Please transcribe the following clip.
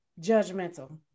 judgmental